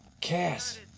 Cass